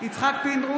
בעד יצחק פינדרוס,